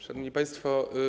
Szanowni Państwo!